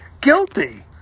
guilty